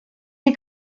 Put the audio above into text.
you